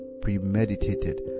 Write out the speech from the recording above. premeditated